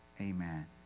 Amen